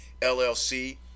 LLC